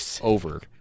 over